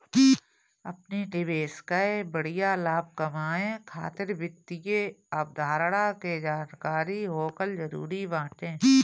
अपनी निवेश कअ बढ़िया लाभ कमाए खातिर वित्तीय अवधारणा के जानकरी होखल जरुरी बाटे